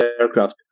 aircraft